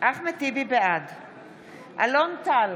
אלון טל,